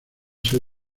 ser